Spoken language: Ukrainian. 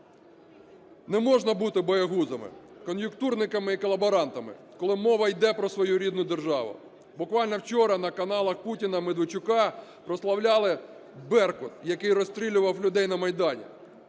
Не можна бути боягузами, кон'юнктурниками і колаборантами, коли мова йде про свою рідну державу. Буквально вчора на каналах Путіна-Медведчука прославляли "Беркут", який розстрілював людей на Майдані.